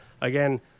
again